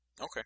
Okay